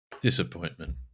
Disappointment